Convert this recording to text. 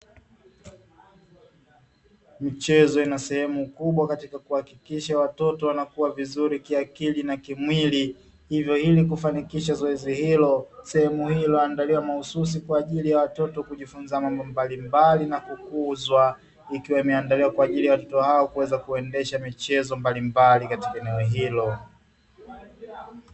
Michezo ina sehemu kubwa katika kuhakikisha watoto wanakua vizuri kiakili na kimwili, hivyo ili kufanikisha zoezi hilo, sehemu hiyo huandaliwa mahususi kwa ajili ya watoto kujifunza mambo mbalimbali na kukuzwa, ikiwa imeandaliwa kwa ajili ya watoto hao kuweza kuendesha michezo mbalimbali katika eneo hilo.